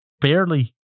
barely